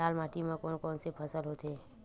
लाल माटी म कोन कौन से फसल होथे?